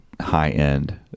high-end